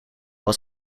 was